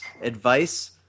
advice